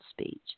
speech